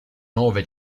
nove